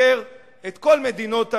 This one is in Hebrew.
שסוקר את כל מדינות הלאום,